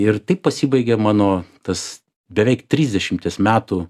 ir taip pasibaigė mano tas beveik trisdešimties metų